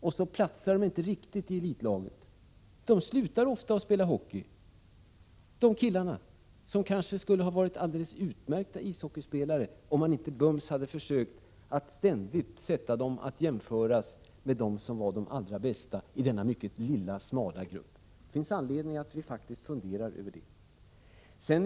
Men barnen kanske inte platsar riktigt i elitlaget, och då slutar de ofta att spela ishockey — de killar som kanske hade varit utmärkta ishockeyspelare om man inte hade försökt att ständigt sätta dem att jämföras med dem som är allra bäst i denna mycket smala grupp. Det finns anledning att fundera över detta.